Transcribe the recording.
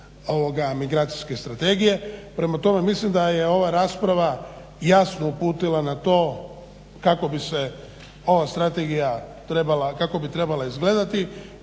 Migracijske strategije. Prema tome, mislim da je ova rasprava jasno uputila na to kako bi se ova strategija trebala, kako